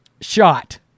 shot